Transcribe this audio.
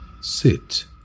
Sit